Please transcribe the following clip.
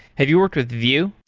have you worked with view?